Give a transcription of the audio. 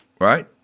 right